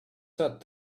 said